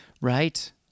right